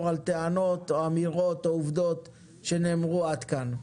על טענות או אמירות או עובדות שנאמרו עד כאן.